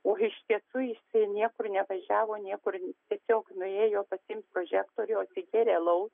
o iš tiesų jisai niekur nevažiavo niekur tiesiog nuėjo pasiimti prožektorių atsigėrė alaus